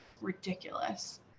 ridiculous